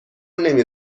نمی